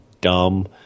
dumb